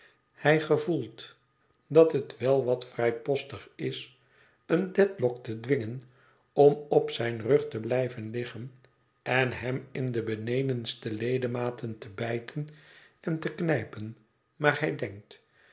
hij gevoelt dat het wel wat vrijpostig is een dedlock te dwingen om op zijn rug te blij ven liggen en hem in de benedenste ledematen te bijten en te knijpen maar hij denkt